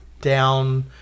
down